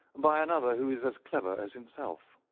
by another who is as clever as himself.